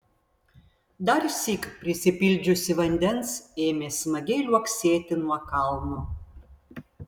darsyk prisipildžiusi vandens ėmė smagiai liuoksėti nuo kalno